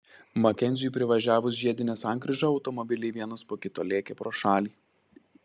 makenziui privažiavus žiedinę sankryžą automobiliai vienas po kito lėkė pro šalį